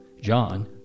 John